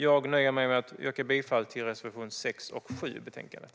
Jag nöjer mig med att yrka bifall till reservationerna 6 och 7 i betänkandet.